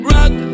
Rock